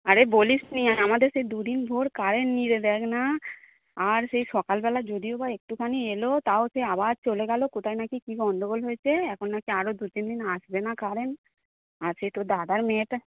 আরে বলিস নি আমাদের সে দু দিন ভোর কারেন্ট নেই রে দেখ না আর সেই সকালবেলা যদিও বা একটুখানি এলো তাও সে আবার চলে গেল কোথায় নাকি কী গন্ডগোল হয়েছে এখন নাকি আরো দু তিন দিন আসবে না কারেন্ট আছে তোর দাদার মেয়েটা